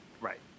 Right